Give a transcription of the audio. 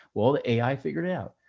well, the ai figured out,